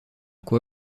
quoi